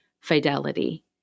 fidelity